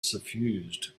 suffused